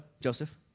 Joseph